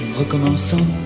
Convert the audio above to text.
recommençons